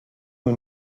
who